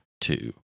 two